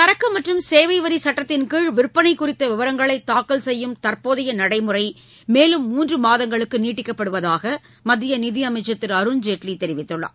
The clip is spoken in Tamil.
சரக்கு மற்றும் சேவைவரி சுட்டத்தின்கீழ் விற்பனை குறித்த விவரங்களை தாக்கல் செய்யும் தற்போதைய நடைமுறை மேலும் மூன்று மாதங்களுக்கு நீட்டிக்கப்படுவதாக மத்திய நிதியமைச்சர் திரு அருண்ஜேட்லி தெரிவித்துள்ளார்